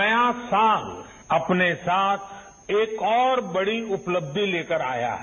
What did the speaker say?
नया साल अपने साथ एक और बड़ी उपलबंध लेकर आया है